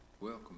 Welcome